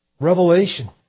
Revelation